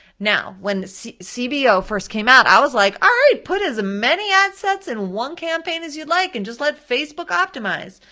now, when cbo first came out i was like, all ah right, put as many ad sets in one campaign as you'd like and just let facebook optimize.